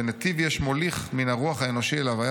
ונתיב יש מוליך מן הרוח האנושי אל ההוויה